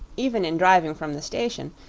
even in driving from the station,